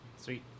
sweet